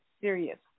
Serious